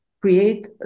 create